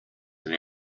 and